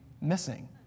missing